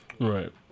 Right